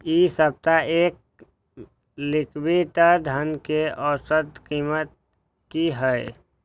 इ सप्ताह एक क्विंटल धान के औसत कीमत की हय?